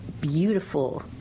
beautiful